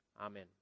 Amen